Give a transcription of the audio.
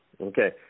Okay